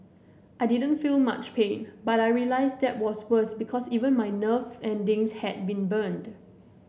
I didn't feel much pain but I realised that was worse because even my nerve endings had been burned